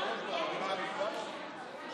תיפטרו מההרגל המגונה